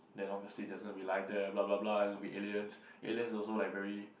that long the sea there's going to be life there blah blah blah there gone be aliens aliens also like very